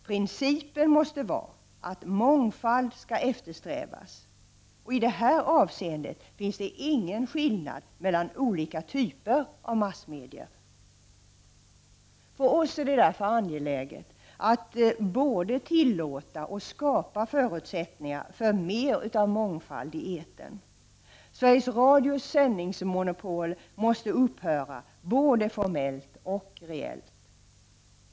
Principen måste vara att mångfald skall eftersträvas. I detta avseende finns det ingen skillnad mellan olika typer av massmedier. För oss är det därför angeläget att både tillåta och skapa förutsättningar för mer av mångfald i etern. Sveriges Radios sändningsmonopol måste upphöra både formellt och reellt.